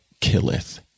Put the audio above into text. killeth